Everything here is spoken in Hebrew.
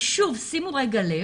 שוב, שימו לב,